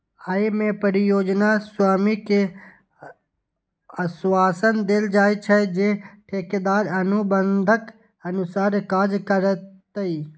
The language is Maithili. अय मे परियोजना स्वामी कें आश्वासन देल जाइ छै, जे ठेकेदार अनुबंधक अनुसार काज करतै